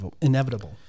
inevitable